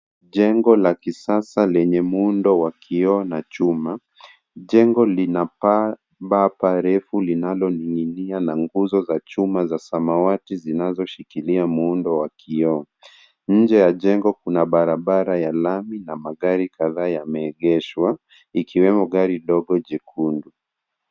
Jengo la kisasa lenye muundo wa kioo na chuma. Jengo lina paa bapa refu linaloning'inia na nguzo za chuma za samawati zinazoshikilia muundo wa kioo. Nje ya jengo kuna barabara ya lami na magari kadhaa yameegeshwa ikiwemo gari dogo jekundu.